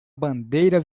bandeira